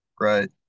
Right